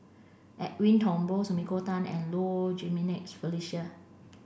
Edwin Thumboo Sumiko Tan and Low Jimenez Felicia